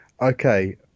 Okay